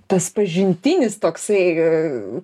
tas pažintinis toksai